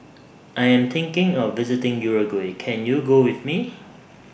I Am thinking of visiting Uruguay Can YOU Go with Me